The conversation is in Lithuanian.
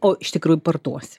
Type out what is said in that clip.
o iš tikrųjų parduosi